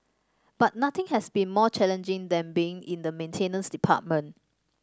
but nothing has been more challenging than been in the maintenance department